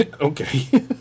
Okay